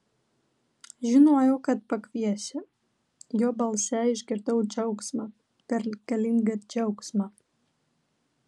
žinojau kad pakviesi jo balse išgirdau džiaugsmą pergalingą džiaugsmą